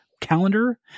calendar